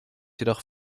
jedoch